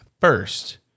first